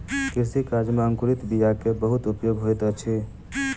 कृषि कार्य में अंकुरित बीयाक बहुत उपयोग होइत अछि